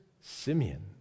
Simeon